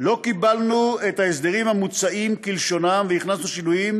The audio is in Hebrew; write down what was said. לא קיבלנו את ההסדרים המוצעים כלשונם והכנסנו שינויים,